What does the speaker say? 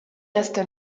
reste